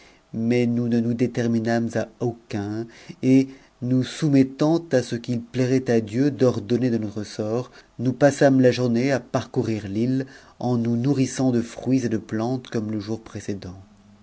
mais nous ne nous dâmes à aucun et nous soumettant à ce qu'il plairait à dieu d'or donner de notre sort nous passâmes la journée à parcourir l'ile en nous nourrissant de fruits et de plantes comme le jour précèdent